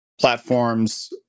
platforms